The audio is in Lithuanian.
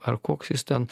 ar koks jis ten